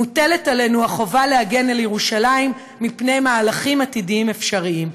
מוטלת עלינו החובה להגן על ירושלים מפני מהלכים עתידיים אפשריים.